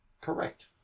correct